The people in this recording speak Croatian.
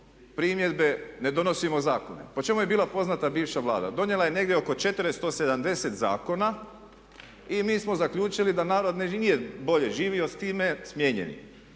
primjedbe ne donosimo zakone. Po čemu je bila poznata bivša Vlada? Donijela je negdje oko 470 zakona i mi smo zaključili da narod nije bolje živio s time, smijenjen